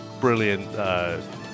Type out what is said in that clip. Brilliant